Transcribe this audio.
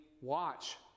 watch